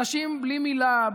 אנשים בלי מילה,